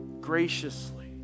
graciously